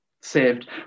Saved